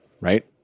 Right